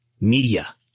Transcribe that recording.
media